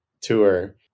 tour